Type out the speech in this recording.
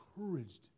encouraged